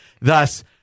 Thus